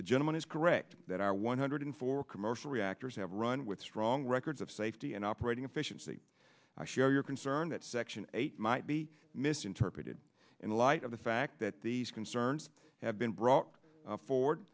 the gentleman is correct that our one hundred four commercial reactors have run with strong records of safety and operating efficiency i share your concern that section eight might be misinterpreted in light of the fact that these concerns have been brought for